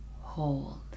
hold